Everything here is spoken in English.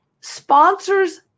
Sponsors